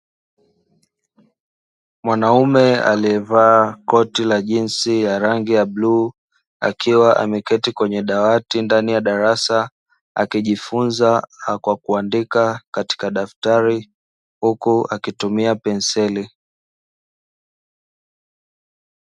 Mwanaume aliye vaa koti la jinzi ya rangi ya bluu, akiwa ameketi kwenye dawati ndani ya darasa, akijifunza kwa kuandika katika daftari huku akitumia penseli.